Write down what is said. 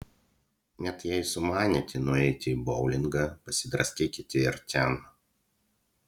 net jei sumanėte nueiti į boulingą pasidraskykite ir ten